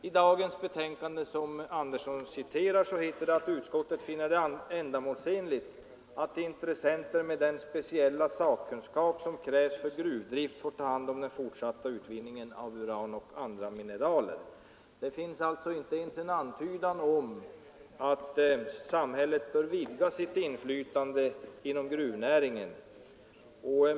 I dagens betänkande, ur vilket herr Andersson citerar, heter det: ”Utskottet finner det mer ändamålsenligt att intressenter med den speciella sakkunskap som krävs för gruvdrift får ta hand om den fortsatta utvinningen av fyndigheter av uran och andra mineraler.” Det förekommer alltså inte ens en antydan om att samhället bör vidga sitt inflytande över gruvnäringen.